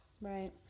Right